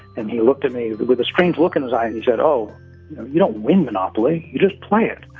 and he looked at me with a strange look in his eye and said oh you don't win monopoly, you just play it.